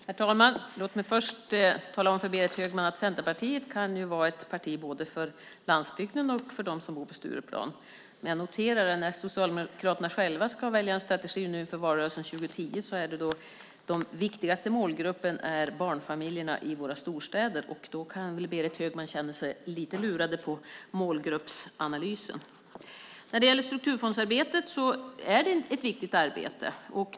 Herr talman! Låt mig först tala om för Berit Högman att Centerpartiet kan vara ett parti både för landsbygden och för dem som bor vid Stureplan. Jag noterar att när Socialdemokraterna själva nu ska välja en strategi inför valrörelsen 2010 är den viktigaste målgruppen barnfamiljerna i våra storstäder. Då kan väl Berit Högman känna sig lite lurad på målgruppsanalysen. Strukturfondsarbetet är ett viktigt arbete.